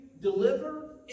deliver